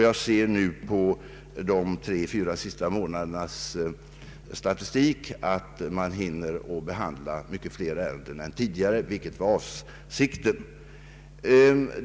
Av de senaste tre—fyra månadernas statistik framgår att nämnden hinner behandla många fler ärenden än tidigare, vilket var avsikten.